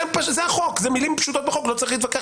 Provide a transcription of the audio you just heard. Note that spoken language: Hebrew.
זה מילים פשוטות בחוק.